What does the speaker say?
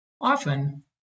often